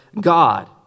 God